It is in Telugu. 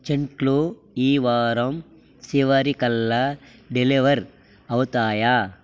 చెంట్లు ఈ వారం చివరికల్లా డెలివర్ అవుతాయా